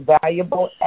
valuable